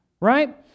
right